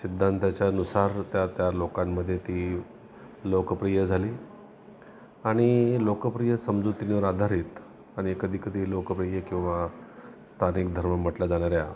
सिद्धांताच्यानुसार त्या त्या लोकांमध्ये ती लोकप्रिय झाली आणि लोकप्रिय समजुतींवर आधारित आणि कधीकधी लोकप्रिय किंवा स्थानिक धर्म म्हटलं जाणाऱ्या